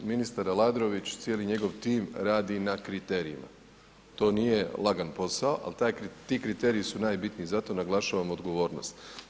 Ministar Aladrović, cijeli njegov tim radi na kriterijima, to nije lagan posao ali ti kriteriji su najbitniji, zato naglašavamo odgovornost.